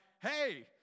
hey